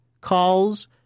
calls